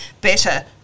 better